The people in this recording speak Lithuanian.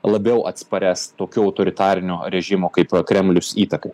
labiau atsparias tokių autoritarinių režimų kaip kremlius įtakai